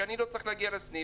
שאני לא צריך להגיע לסניף.